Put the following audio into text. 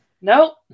Nope